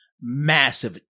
massive